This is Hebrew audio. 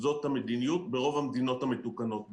זאת המדיניות ברוב המדינות המתוקנות בעולם: